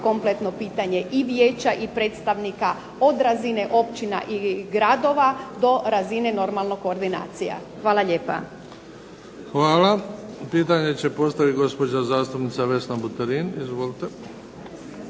kompletno pitanje i vijeća i predstavnika od razine općina ili gradova, do razine normalno koordinacija. Hvala lijepa. **Bebić, Luka (HDZ)** Hvala. Pitanje će postaviti gospođa zastupnica Vesna Buterin. Izvolite.